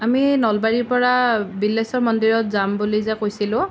আমি নলবাৰীৰ পৰা বিল্বেশ্বৰ মন্দিৰত যাম বুলি যে কৈছিলোঁ